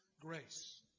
grace